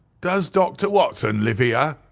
does dr. watson live here?